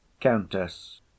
Countess